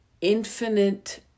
infinite